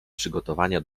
przygotowania